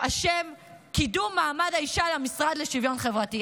השם "קידום מעמד האישה" למשרד לשוויון חברתי.